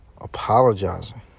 Apologizing